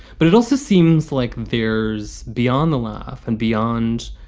but it also seems like thiers beyond the life and beyond